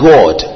God